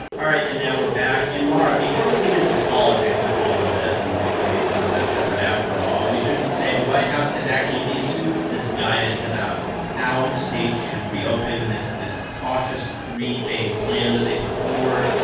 all right. and now we're back. and, mara, before we get into the politics of all of this and maybe it's not that separate after all we should say the white house has actually issued this guidance about how states should reopen this this cautious three-phase plan that they put forward.